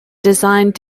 designed